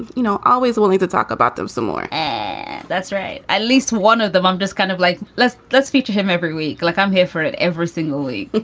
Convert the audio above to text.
you know, always willing to talk about them some more and that's right. at least one of them. i'm just kind of like, let's let's feature him every week. like i'm here for it every single week